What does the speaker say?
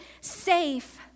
safe